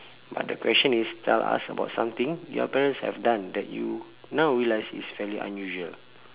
but the question is tell us about something your parents have done that you now realise is fairly unusual